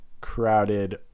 crowded